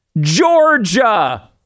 georgia